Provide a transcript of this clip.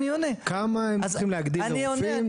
כמה הם צריכים להגדיל את הרופאים?